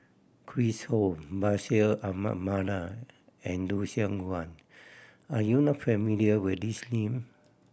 Chris Ho Bashir Ahmad Mallal and Lucien Wang are you not familiar with these name